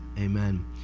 amen